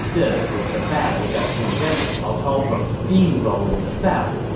this was the battle that prevented cao cao from steamrolling the south,